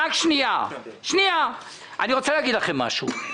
אני רוצה להגיד לכם משהו: